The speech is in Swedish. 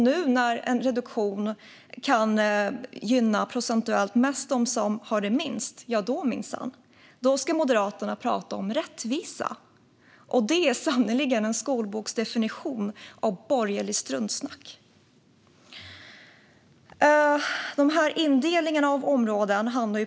När en reduktion nu procentuellt sett kan gynna dem mest som har minst ska Moderaterna minsann tala om rättvisa. Det är sannerligen en skolboksdefinition av borgerligt struntsnack.